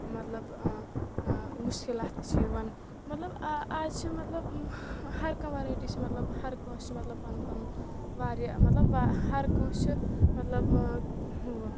مطلب مُشکلات تہِ چھِ یِوان مطلب اَ اَز چھِ مطلب ہر کانٛہہ وَرایٹی چھِ مطلب ہَرکٲنٛسِہ چھُ مطلب پَنُن پَنُن واریاہ مطلب ہَرکٲنٛسِہ چھُ مطلب